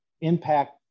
impact